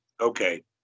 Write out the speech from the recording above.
okay